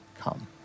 Come